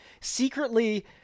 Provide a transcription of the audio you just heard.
secretly